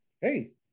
hey